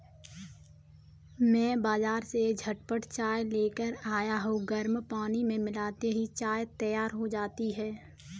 मैं बाजार से झटपट चाय लेकर आया हूं गर्म पानी में मिलाते ही चाय तैयार हो जाती है